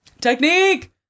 Technique